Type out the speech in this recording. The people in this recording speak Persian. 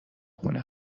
خونه